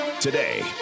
Today